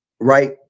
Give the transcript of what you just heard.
right